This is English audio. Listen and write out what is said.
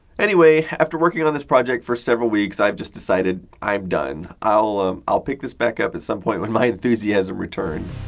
anyway, after working on this project for several weeks, i've just decided, i'm done. i'll um i'll pick this back up at some point when my enthusiasm returns.